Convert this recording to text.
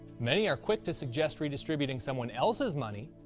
many are quick to suggest redistributing someone else's money,